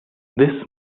this